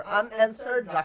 unanswered